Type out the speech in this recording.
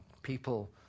People